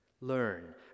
learn